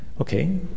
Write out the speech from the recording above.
okay